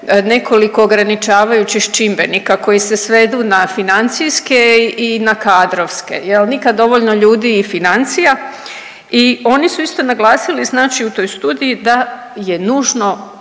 nekoliko ograničavajućih čimbenika koji se svedu na financijske i kadrovske jel, nikad dovoljno ljudi i financija i oni su isto naglasili znači u toj studiji da je nužno